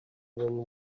than